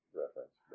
reference